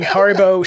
Haribo